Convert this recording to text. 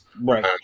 Right